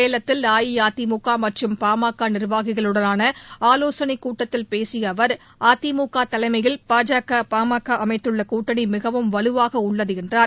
சேலத்தில் அஇஅதிமுக மற்றும் பாமக நிர்வாகிகளுடனான ஆலோசனை கூட்டத்தில் பேசிய அவர் அதிமுக தலைமையில் பாஜக பாமக அமைத்துள்ள கூட்டணி மிகவும் வலுவாக உள்ளது என்றார்